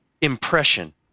impression